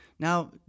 Now